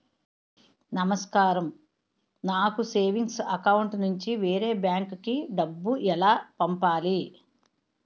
నమస్కారం నాకు savings account నుంచి వేరే బ్యాంక్ కి డబ్బు ఎలా పంపాలి?